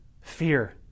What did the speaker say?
fear